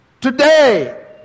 today